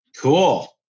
Cool